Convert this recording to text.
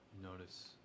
Notice